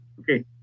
okay